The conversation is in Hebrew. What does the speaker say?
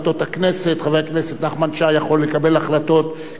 חבר הכנסת נחמן שי יכול לקבל החלטות כחבר כנסת,